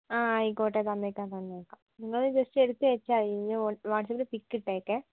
ആ ആയിക്കോട്ടെ തന്നേക്കാം തന്നേക്കാം നിങ്ങൾ ജസ്റ്റ് എടുത്ത് വെച്ചായി ഇനി വാട്ട്സാപ്പില് പിക്ക് ഇട്ടേക്കേ